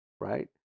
Right